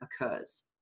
occurs